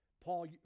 Paul